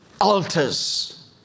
altars